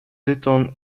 ditton